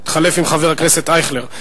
התחלף עם חבר הכנסת אייכלר.